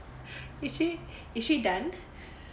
is she is she done